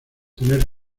tener